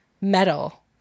metal